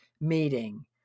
meeting